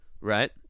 Right